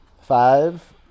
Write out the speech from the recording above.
Five